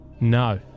No